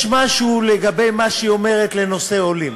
יש משהו במה שהיא אומרת בנושא העולים.